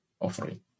offering